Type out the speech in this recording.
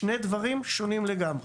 שני דברים שונים לגמרי.